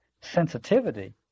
sensitivity